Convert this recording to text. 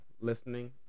listening